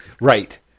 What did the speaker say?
Right